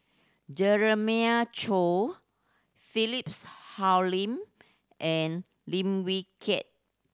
Jeremiah Choy Philips Hoalim and Lim Wee Kiak